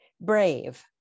brave